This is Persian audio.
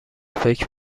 فکر